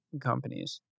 companies